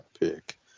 pick